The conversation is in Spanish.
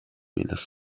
menos